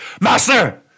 Master